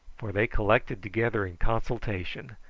for they collected together in consultation,